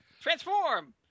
Transform